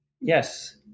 Yes